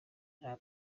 nta